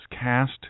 cast